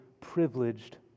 privileged